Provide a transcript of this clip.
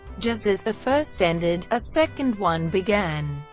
just as the first ended, a second one began.